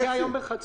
זה פוקע היום בחצות.